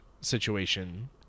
situation